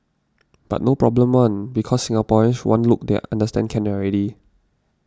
but no problem one because Singaporeans one look they are understand can already